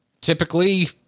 typically